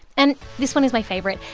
and this one is my favorite.